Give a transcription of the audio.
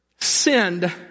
sinned